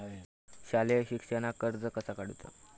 शालेय शिक्षणाक कर्ज कसा काढूचा?